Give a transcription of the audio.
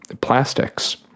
plastics